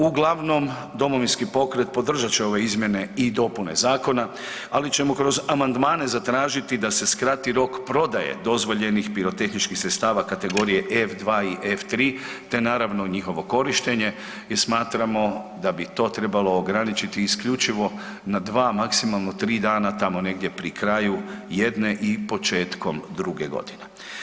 Uglavnom Domovinski pokret podržat će ove izmjene i dopune zakona, ali ćemo kroz amandmane zatražiti da se skrati rok prodaje dozvoljenih pirotehničkih sredstava kategorije F2 i F3 te naravno njihovo korištenje jer smatramo da bi to trebalo ograničiti isključivo na 2, maksimalno 3 dana, tamo negdje pri kraju jedne i početkom 2. godine.